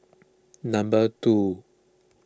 number two